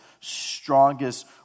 strongest